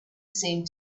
seemed